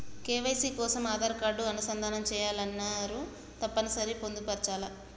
KYC కోసం Aadhaar card అనుసంధానం చేయాలని అన్నరు తప్పని సరి పొందుపరచాలా?